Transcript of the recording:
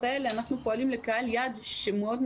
אלו אנחנו פועלים עבור קהל יעד מצומצם.